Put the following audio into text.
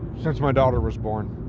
since my daughter was born.